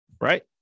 right